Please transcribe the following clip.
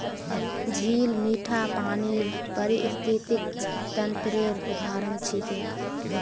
झील मीठा पानीर पारिस्थितिक तंत्रेर उदाहरण छिके